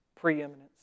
preeminence